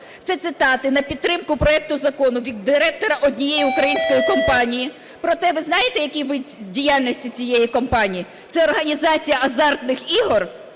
Це цитати на підтримку проекту закону від директора однієї української компанії. Проте ви знаєте, який вид діяльності цієї компанії? Це організація азартних ігор